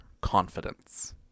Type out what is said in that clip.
confidence